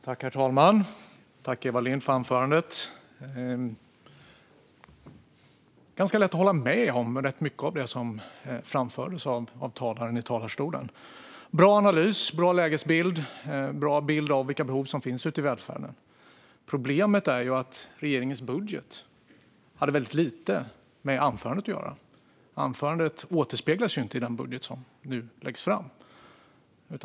Herr talman! Tack, Eva Lindh, för anförandet! Det är ganska lätt att hålla med om mycket av det som talaren framförde i talarstolen. Det var en bra analys, en bra lägesbild och en bra bild av vilka behov som finns ute i välfärden. Problemet är att regeringens budget har väldigt lite med anförandet att göra. Anförandet återspeglas ju inte i den budget som nu läggs fram.